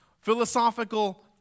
philosophical